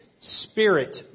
spirit